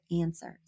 answers